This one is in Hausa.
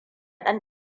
ɗan